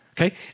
Okay